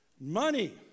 Money